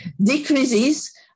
decreases